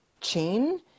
chain